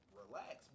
relax